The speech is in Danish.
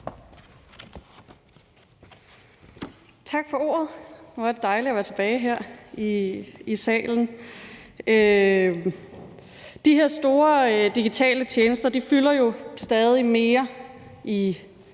Tak for ordet. Hvor er det dejligt at være tilbage her i salen. De her store digitale tjenester fylder jo stadig mere i